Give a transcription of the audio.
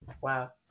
Wow